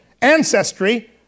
ancestry